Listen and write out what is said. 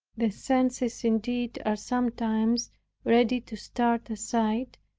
the senses indeed are sometimes ready to start aside,